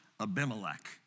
Abimelech